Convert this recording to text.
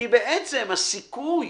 בעצם הסיכוי